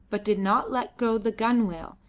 but did not let go the gunwale,